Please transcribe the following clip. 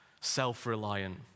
self-reliant